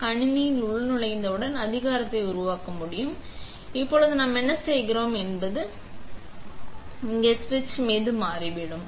எனவே கணினியில் உள்நுழைந்தவுடன் அதிகாரத்தை உருவாக்க முடியும் இப்போது நாம் என்ன செய்கிறோம் என்பது இங்கே நாம் சுவிட்ச் மீது மாறிவிடும்